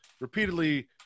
repeatedly